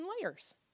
layers